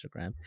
instagram